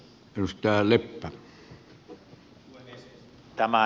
herra puhemies